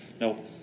nope